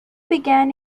began